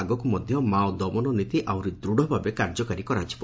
ଆଗକୁ ମଧ୍ଧ ମାଓ ଦମନ ନୀତି ଆହୁରି ଦୃଢଭାବେ କାର୍ଯ୍ୟକାରୀ କରାଯିବ